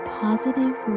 positive